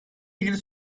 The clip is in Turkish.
ilgili